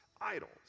idols